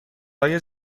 های